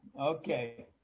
Okay